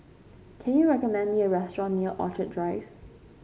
can you recommend me a restaurant near Orchid Drive